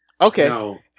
Okay